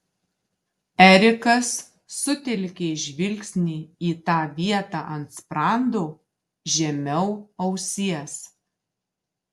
erikas sutelkė žvilgsnį į tą vietą ant sprando žemiau ausies